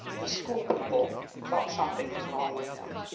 the school people thought something was wrong with him?